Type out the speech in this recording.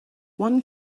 one